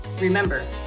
Remember